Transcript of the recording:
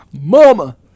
Mama